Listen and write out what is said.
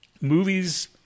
Movies